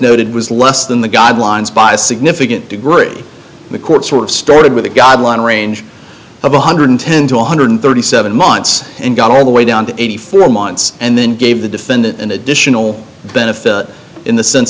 was less than the guidelines by a significant degree the court sort of started with a guideline range of one hundred and twelve thousand one hundred and thirty seven months and got all the way down to eighty four months and then gave the defendant an additional benefit in the sense